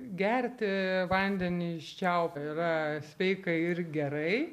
gerti vandenį iš čiaupo yra sveika ir gerai